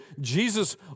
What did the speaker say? Jesus